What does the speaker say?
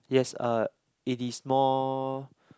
yes uh it is more